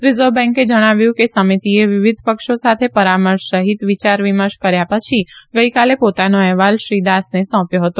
reserve બેન્કે જણાવ્યું કે સમિતિએ વિવિધ પક્ષો સાથે પરામર્શ સહિત વિચાર વિમર્શ કર્યા પછી ગઈકાલે પોતાનો અહેવાલ શ્રી દાસને સોંપ્યો હતો